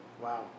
wow